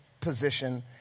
position